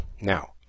Now